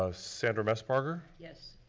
ah sandra messbarger. yes.